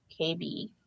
KB